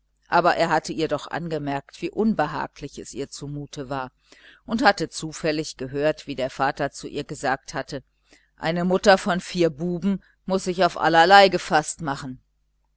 aber er hatte ihr doch angemerkt wie unbehaglich es ihr selbst zumute war und hatte zufällig gehört wie der vater zu ihr gesagt hatte eine mutter von vier buben muß sich auf allerlei gefaßt machen